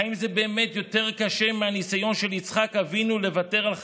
האם זה באמת יותר קשה מהניסיון של יצחק אבינו לוותר על חייו?